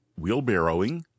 Wheelbarrowing